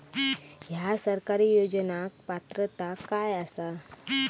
हया सरकारी योजनाक पात्रता काय आसा?